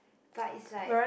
but is like